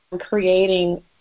creating